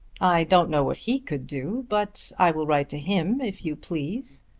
i don't know what he could do but i will write to him if you please.